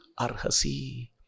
Arhasi